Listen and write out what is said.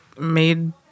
made